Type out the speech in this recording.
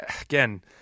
again